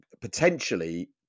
potentially